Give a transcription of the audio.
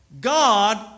God